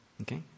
Okay